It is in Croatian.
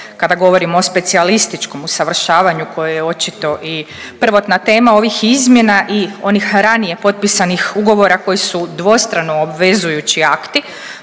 Kada govorimo o specijalističkom usavršavanju koje je očito i prvotna tema ovih izmjena i onih ranije potpisanih ugovora koji su dvostrano obvezujući akti,